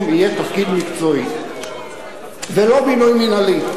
יהיה תפקיד מקצועי ולא מינוי מינהלי.